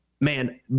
man